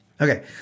Okay